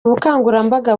bukangurambaga